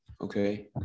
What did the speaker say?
Okay